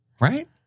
right